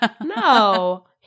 No